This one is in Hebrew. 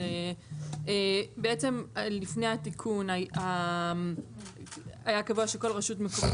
בעצם לפני התיקון היה קבוע שכל רשות מקומית